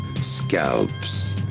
Scalps